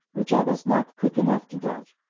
which i was not quick enough to dodge.